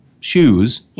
shoes